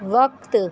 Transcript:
وقت